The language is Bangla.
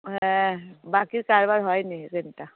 হ্যাঁ বাকির কারবার হয় না এখানটা